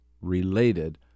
related